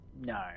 no